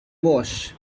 wash